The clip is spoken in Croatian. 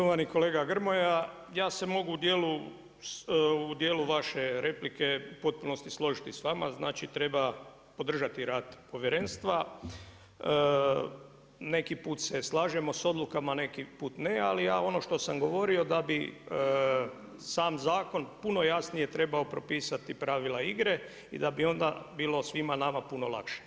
Štovani kolega Grmoja, ja se mogu u djelu vaše replike u potpunosti složiti s vama, znači treba podržati rad povjerenstva, neki put se slažemo s odlukama, neki put ne, ali ja ono što sam govorio da bi sam zakon puno jasnije trebao propisati pravila igre i da bi onda bilo svima nama puno lakše.